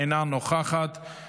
אינה נוכחת,